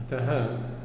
अतः